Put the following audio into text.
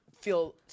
feel